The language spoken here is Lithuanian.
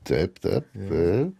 taip taip taip